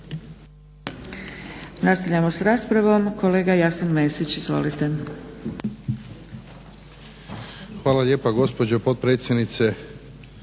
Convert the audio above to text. Nastavljamo sa raspravom. Kolega Jasen Mesić, izvolite. **Mesić, Jasen (HDZ)** Hvala lijepa gospođo potpredsjednice.